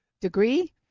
degree